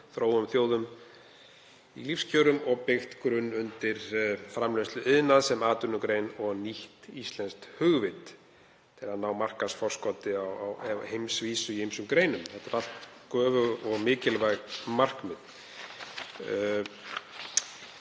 þróuðum þjóðum, í lífskjörum og byggt grunn undir framleiðsluiðnað sem atvinnugrein og nýtt íslenskt hugvit til að ná markaðsforskoti á heimsvísu í ýmsum greinum. Þetta eru göfug og mikilvæg markmið.